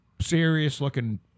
serious-looking